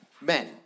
Men